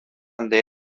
nde